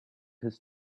his